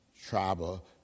tribal